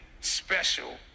special